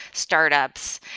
startups,